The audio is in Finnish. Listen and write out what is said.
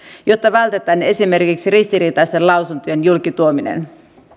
jotta vältetään esimerkiksi ristiriitaisten lausuntojen julkituominen